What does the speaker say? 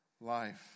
life